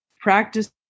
practice